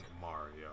Mario